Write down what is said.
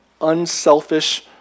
unselfish